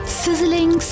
sizzling